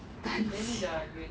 丹气